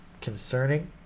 concerning